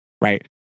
right